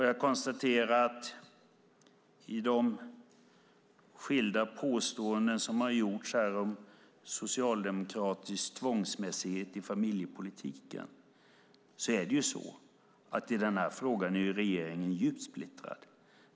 Jag konstaterar utifrån de skilda påståenden som har gjorts här om socialdemokratisk tvångsmässighet i familjepolitiken att i den här frågan är regeringen djupt splittrad.